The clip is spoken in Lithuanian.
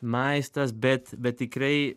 maistas bet bet tikrai